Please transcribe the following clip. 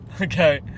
Okay